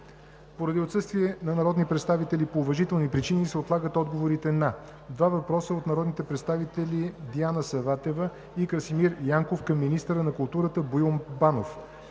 Поради отсъствие на народни представители по уважителни причини, се отлагат отговорите на: - два въпроса от народните представители Диана Саватева; и Красимир Янков към министъра на културата Боил Банов.